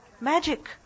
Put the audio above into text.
Magic